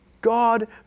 God